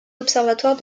observatoire